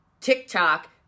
TikTok